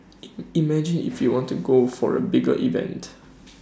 in imagine if we want to go for A bigger event